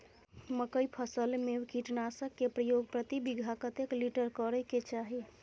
मकई फसल में कीटनासक के प्रयोग प्रति बीघा कतेक लीटर करय के चाही?